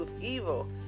evil